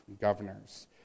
governors